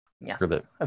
Yes